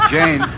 Jane